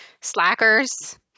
Slackers